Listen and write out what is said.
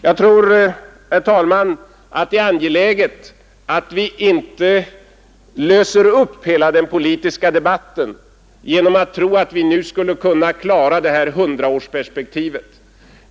Jag tror, herr talman, att det är angeläget att vi inte löser upp hela den politiska debatten genom att tro att vi nu skulle kunna klara det här hundraårsperspektivet.